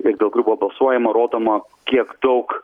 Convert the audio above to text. ir dėl kurių buvo balsuojama rodoma kiek daug